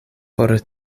por